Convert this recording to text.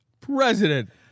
president